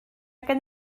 gen